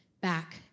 back